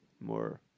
more